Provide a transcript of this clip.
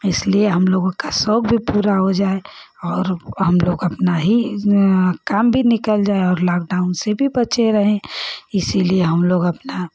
इसलिए हमलोगों का शौक़ भी पूरा हो जाए और हमलोग अपना ही काम भी निकल जाए और लॉकडाउन से भी बचे रहें इसीलिए हमलोग अपना